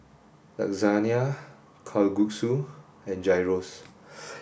Lasagna Kalguksu and Gyros